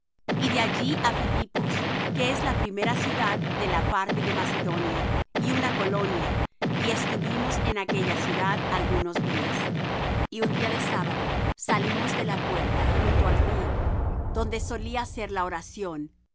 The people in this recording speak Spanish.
y de allí á filipos que es la primera ciudad de la parte de macedonia y una colonia y estuvimos en aquella ciudad algunos días y un día de sábado salimos de la puerta junto al río donde solía ser la oración